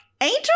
Angel